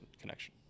connection